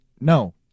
No